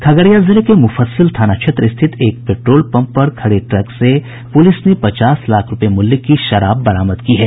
खगड़िया जिले के मुफ्फसिल थाना क्षेत्र स्थित एक पेट्रोल पंप पर खड़े ट्रक से पुलिस ने पचास लाख रूपये मूल्य की शराब बरामद की है